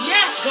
Yes